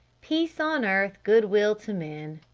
peace on earth, good will to men.